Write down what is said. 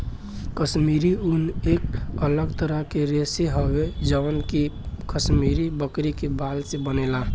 काश्मीरी ऊन एक अलग तरह के रेशा हवे जवन जे कि काश्मीरी बकरी के बाल से बनेला